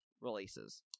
releases